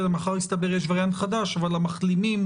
מחר יסתבר, יש וריאנט חדש אבל המחלימים